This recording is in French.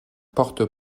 portent